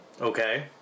Okay